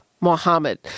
Mohammed